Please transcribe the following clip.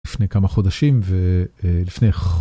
לפני כמה חודשים ולפני.